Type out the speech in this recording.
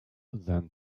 then